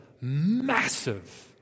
massive